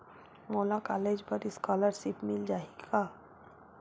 मोला कॉलेज बर स्कालर्शिप मिल जाही का?